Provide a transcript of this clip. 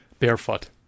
barefoot